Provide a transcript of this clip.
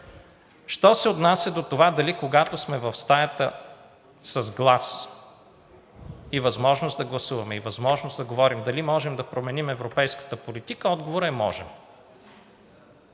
Що се отнася до това дали когато сме в стаята с глас и възможност да гласуваме, и възможност да говорим, можем да променим европейската политика, отговорът е: можем.